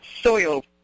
soil